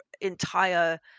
entire